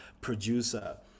producer